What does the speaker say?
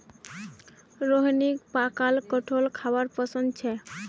रोहिणीक पकाल कठहल खाबार पसंद छेक